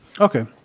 Okay